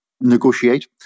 negotiate